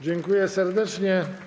Dziękuję serdecznie.